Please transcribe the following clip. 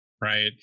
right